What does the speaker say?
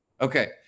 okay